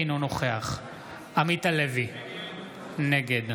אינו נוכח עמית הלוי, נגד